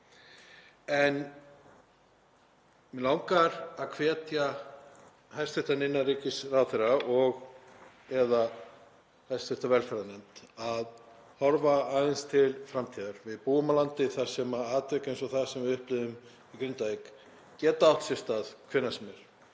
En mig langar að hvetja hæstv. innanríkisráðherra og/eða hv. velferðarnefnd til að horfa aðeins til framtíðar. Við búum á landi þar sem atvik eins og þau sem við upplifðum í Grindavík geta átt sér stað hvenær sem er